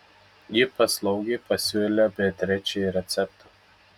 ji paslaugiai pasiūlė beatričei receptą